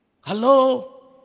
Hello